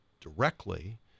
directly